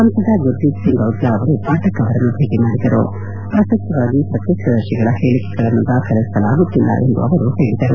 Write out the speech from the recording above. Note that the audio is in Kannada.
ಸಂಸದ ಗುರ್ಜೀತ್ ಸಿಂಗ್ ಔಜ್ಲಾ ಅವರು ಪಾಠಕ್ ಅವರನ್ನು ಭೇಟಿ ಮಾಡಿದರು ಮತ್ತು ಪ್ರಸಕ್ತವಾಗಿ ಪ್ರತ್ಯಕ್ಷ ದರ್ಶಿಗಳ ಹೇಳಿಕೆಗಳನ್ನು ದಾಖಲಿಸಲಾಗುತ್ತಿಲ್ಲ ಎಂದು ಹೇಳಿದರು